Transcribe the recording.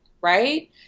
right